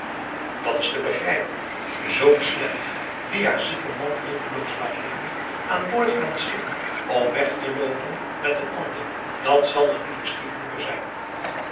dat is te begrijpen zoo'n slet die haar zieken man hulpeloos laat liggen aan boord van een schip om weg te loopen met een ander dat zal eene lieve stiefmoeder zijn